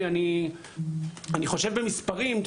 אני חושב במספרים,